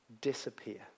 disappear